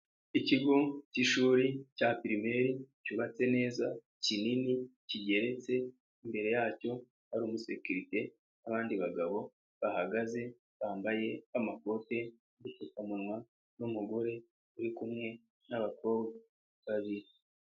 Ikigo k'ishuri cya pirimeri cyubatse neza kinini, kigeretse imbere yacyo hari umusekirite n'abandi bagabo bahagaze bambaye amakote, udupfukamunwa n'umugore uri kumwe n'abakobwa babiri.